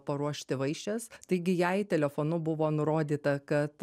paruošti vaišes taigi jai telefonu buvo nurodyta kad